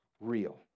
real